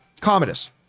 Commodus